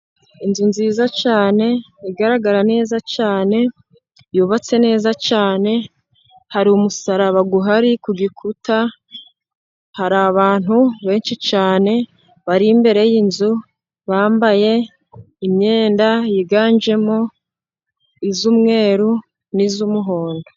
Inzu nziza cyane igaragara neza cyane yubatse neza cyane. Hari umusaraba uhari ku gikuta, hari abantu benshi cyane bari imbere y'inzu bambaye imyenda yiganjemo iy'umweruru n'iy'umuhondo.